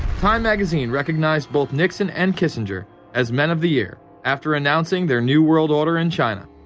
time magazine recognized both nixon and kissinger as men of the year after announcing their new world order in china.